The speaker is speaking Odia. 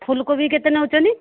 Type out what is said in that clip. ଫୁଲକୋବି କେତେ ନେଉଛନ୍ତି